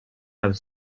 have